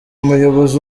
umuyobozi